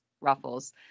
ruffles